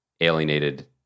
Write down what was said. alienated